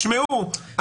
תשמעו,